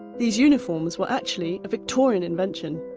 these uniforms were actually a victorian invention.